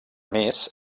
més